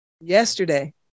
Yesterday